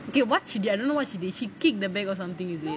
okay what she did I don't know what she did she kicked the back or something is it